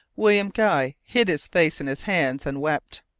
william guy hid his face in his hands and wept.